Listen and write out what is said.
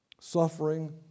Suffering